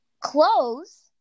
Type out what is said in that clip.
clothes